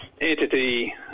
entity